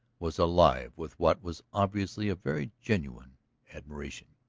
was alive with what was obviously a very genuine admiration.